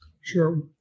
Sure